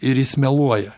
ir jis meluoja